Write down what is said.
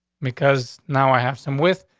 because now i have some with,